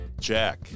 Jack